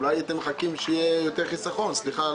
אולי אתם מחכים שיהיה יותר חיסכון סליחה,